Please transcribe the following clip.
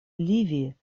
ливии